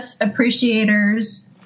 Appreciators